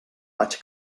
vaig